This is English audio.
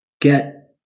Get